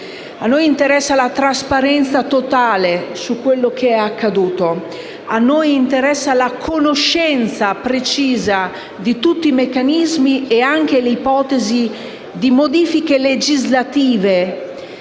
A noi interessa la trasparenza totale su quanto accaduto. A noi interessano la conoscenza precisa di tutti i meccanismi e anche le ipotesi di modifiche legislative,